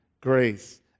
grace